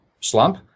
slump